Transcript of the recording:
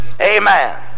Amen